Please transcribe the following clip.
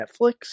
Netflix